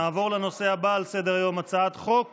נעבור לנושא הבא על סדר-היום: הצעת חוק